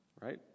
right